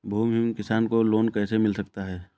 भूमिहीन किसान को लोन कैसे मिल सकता है?